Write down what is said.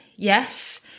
yes